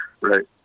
Right